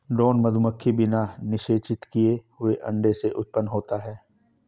drone मधुमक्खी बिना निषेचित किए हुए अंडे से उत्पन्न होता है